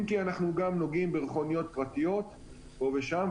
אם כי אנחנו גם נוגעים במכוניות פרטיות פה ושם,